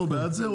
אנחנו בעד זה.